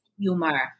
humor